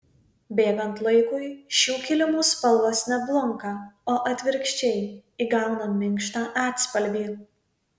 bėgant laikui šių kilimų spalvos ne blunka o atvirkščiai įgauna minkštą atspalvį